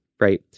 right